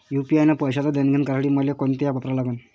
UPI न पैशाचं देणंघेणं करासाठी मले कोनते ॲप वापरा लागन?